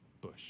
bush